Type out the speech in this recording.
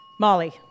Molly